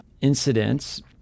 incidents